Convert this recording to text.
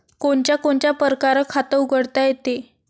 कोनच्या कोनच्या परकारं खात उघडता येते?